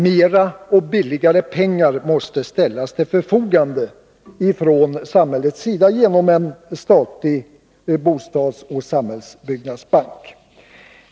Mera och billigare pengar måste ställas till förfogande från samhällets sida genom en statlig bostadsoch samhällsbyggnadsbank.